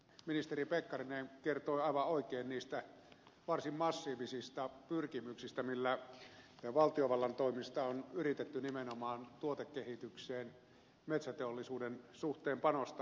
ministeri pekkarinen kertoi aivan oikein niistä varsin massiivisista pyrkimyksistä millä valtiovallan toimin on yritetty nimenomaan tuotekehitykseen metsäteollisuuden suhteen panostaa